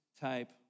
type